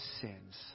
sins